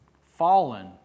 fallen